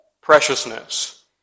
preciousness